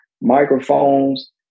microphones